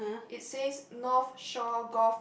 it says North Shore golf